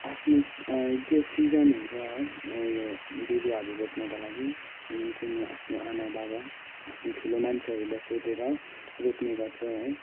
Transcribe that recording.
आफ्नो त्यो सिजन हुन्छ है उयो बिरुवाहरू रोप्नका लागि जुन चाहिँ म आफ्नो आमा बाबा आफ्नो ठुलो मान्छेहरूलाई सोधेर रोप्ने गर्छु है